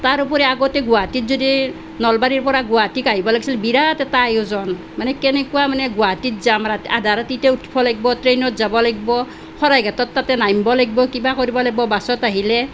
তাৰ উপৰি আগতে গুৱাহাটীত যদি নলবাৰীৰ পৰা গুৱাহাটীত আহিব লাগিছিল বিৰাট এটা আয়োজন মানে কেনেকুৱা মানে গুৱাহাটীত যাম আধা ৰাতিতে উঠিব লাগিব ট্ৰেইনত যাব লাগিব শৰাইঘাটত তাতে নামিব লাগিব কিবা কৰিব লাগিব বাছত আহিলে